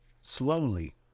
slowly